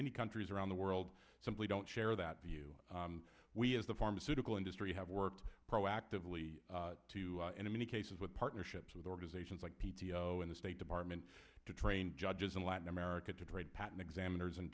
many countries around the world simply don't share that view we as the pharmaceutical industry have worked proactively to and in many cases with partnerships with organizations like p t o in the state department to train judges in latin america to trade patent examiners in